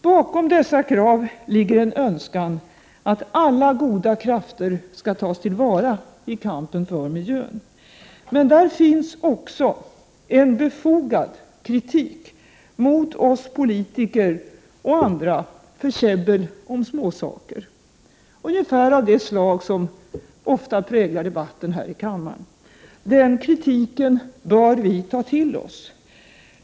Bakom dessa krav ligger en önskan om att alla goda krafter skall tas till vara i kampen för miljön. Det finns där emellertid en befogad kritik mot oss politiker, och andra, för kävdel om småsaker, ungefär av det slag som ofta präglar debatten här i kammaren. Den kritiken bör vi ta till oss!